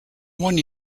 one